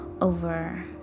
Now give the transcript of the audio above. over